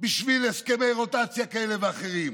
בשביל הסכמי רוטציה כאלה ואחרים.